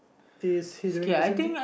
is he doing the same thing